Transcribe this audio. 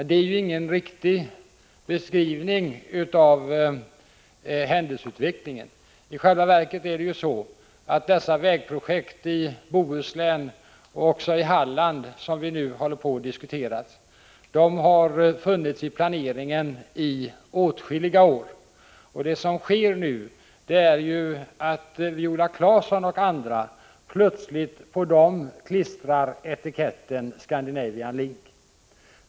Det är ju ingen riktig beskrivning av händelseutvecklingen. I själva verket har de vägprojekt i Bohuslän, och också i Halland, som vi här diskuterar funnits med i planeringen under åtskilliga år. Det som nu sker är ju att Viola Claesson och andra plötsligt på dessa projekt klistrar etiketten Scandinavian Link.